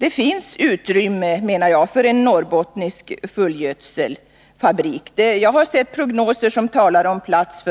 Det finns, menar jag, utrymme för en norrbottnisk fullgödselfabrik. Jag har sett prognoser enligt vilka det 1982-1983 finns plats